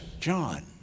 John